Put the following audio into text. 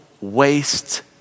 waste